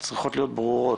צריכות להיות ברורות.